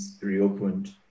reopened